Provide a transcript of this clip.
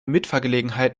mitfahrgelegenheit